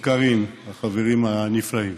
וקארין, החברים הנפלאים